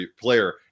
player